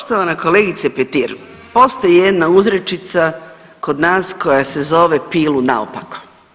Poštovana kolegice Petir, postoji jedna uzrečica kod nas koja se zove pilu naopako.